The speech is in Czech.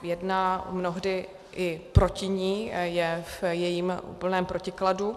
Jedná mnohdy i proti ní, je v jejím úplném protikladu.